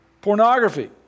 pornography